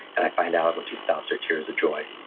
and i find out, when she stops, they're tears of joy,